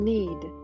Need